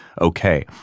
okay